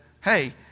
hey